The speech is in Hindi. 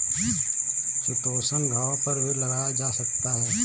चिटोसन घावों पर भी लगाया जा सकता है